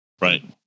right